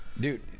dude